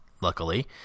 Luckily